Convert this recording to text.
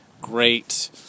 great